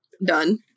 done